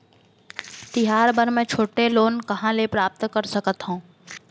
तिहार बर मै छोटे लोन कहाँ ले प्राप्त कर सकत हव?